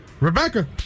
Rebecca